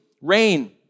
rain